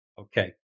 Okay